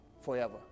forever